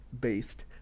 based